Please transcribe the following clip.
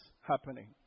happening